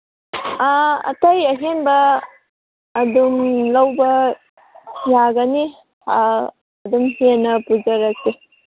ꯑꯇꯩ ꯑꯍꯦꯟꯕ ꯑꯗꯨꯝ ꯂꯧꯕ ꯌꯥꯒꯅꯤ ꯑꯗꯨꯝ ꯍꯦꯟꯅ ꯄꯨꯖꯔꯛꯀꯦ